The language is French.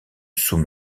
sous